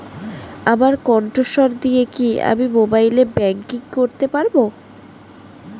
আমার কন্ঠস্বর দিয়ে কি আমি মোবাইলে ব্যাংকিং করতে পারবো?